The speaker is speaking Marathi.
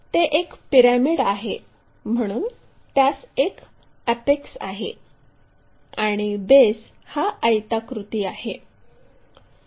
ते एक पिरॅमिड आहे म्हणून त्यास एक अॅपेक्स आहे आणि बेस हा आयताकृती आहे